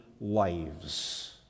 lives